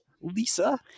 Lisa